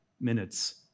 minutes